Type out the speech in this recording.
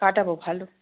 কাটাব ভালো